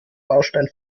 baustein